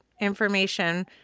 information